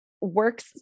works